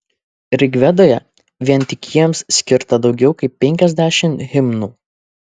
rigvedoje vien tik jiems skirta daugiau kaip penkiasdešimt himnų